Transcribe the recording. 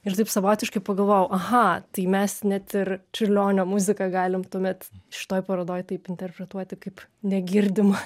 ir taip savotiškai pagalvojau aha tai mes net ir čiurlionio muziką galim tuomet šitoj parodoj taip interpretuoti kaip negirdimą